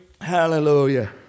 Hallelujah